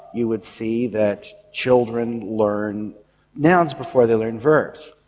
you would see that children learned nouns before they learned verbs.